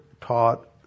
taught